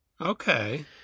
Okay